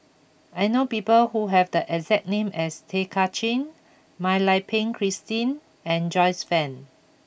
I know people who have the exact name as Tay Kay Chin Mak Lai Peng Christine and Joyce Fan